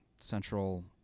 central